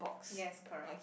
yes correct